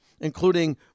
including